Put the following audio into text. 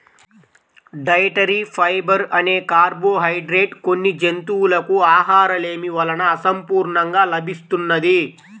dietary fibre అనే carbohydrate కొన్ని జంతువులకు ఆహారలేమి వలన అసంపూర్ణంగా లభిస్తున్నది